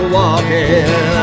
walking